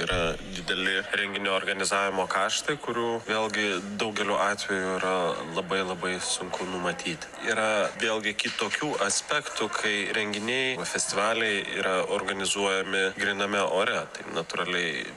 yra dideli renginio organizavimo kaštai kurių vėlgi daugeliu atvejų yra labai labai sunku numatyti yra vėlgi kitokių aspektų kai renginiai arba festivaliai yra organizuojami gryname ore tai natūraliai